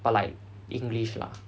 but like english lah